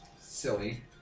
silly